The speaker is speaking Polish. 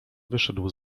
wyszedł